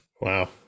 Wow